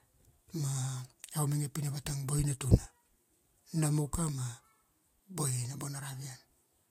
Ma iau mainge pina vatang boina tuna. Nam uka ma, boina bona ravian.